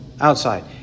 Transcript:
outside